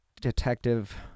Detective